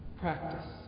practice